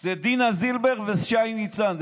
זה דינה זילבר וזה שי ניצן.